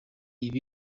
ibi